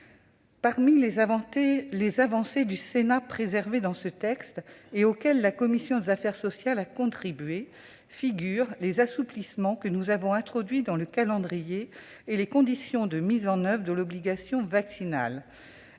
Parmi les avancées du Sénat qui ont été maintenues et auxquelles la commission des affaires sociales a contribué figurent les assouplissements que nous avons introduits dans le calendrier et les conditions de mise en oeuvre de l'obligation vaccinale.